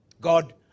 God